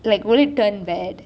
like will it turn bad